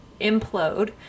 implode